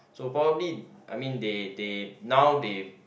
so probably I mean they they now they